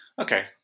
Okay